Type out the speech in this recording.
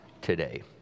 today